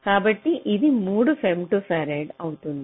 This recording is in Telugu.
కాబట్టి ఇది 3 ఫెమ్టోఫరాడ్ అవుతుంది